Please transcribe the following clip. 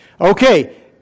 Okay